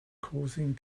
causing